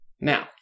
Now